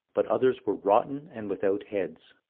but others were rotten and without heads.